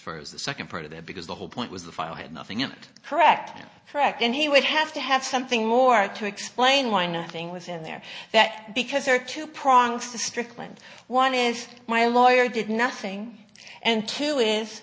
for the second part of it because the whole point was the file had nothing in it correct correct and he would have to have something more to explain why nothing was in there that because there are two prongs to strickland one is my lawyer did nothing and two is